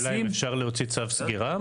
השאלה אם אפשר להוציא צו סגירה?